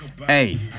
hey